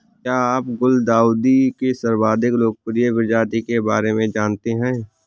क्या आप गुलदाउदी के सर्वाधिक लोकप्रिय प्रजाति के बारे में जानते हैं?